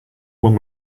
one